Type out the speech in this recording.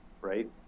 right